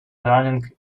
learning